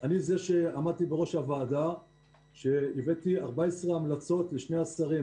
אני זה שעמדתי בראש הוועדה והבאתי 14 המלצות לשני השרים,